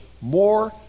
more